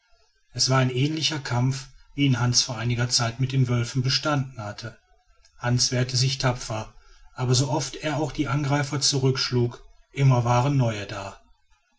es war ein ähnlicher kampf wie ihn hans vor einiger zeit mit den wölfen bestanden hatte hans wehrte sich tapfer aber so oft er auch die angreifer zurückschlug immer waren neue da